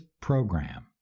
program